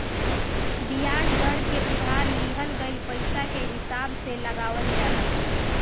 बियाज दर के उधार लिहल गईल पईसा के हिसाब से लगावल जाला